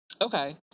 Okay